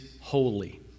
holy